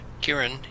Kieran